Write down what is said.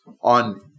on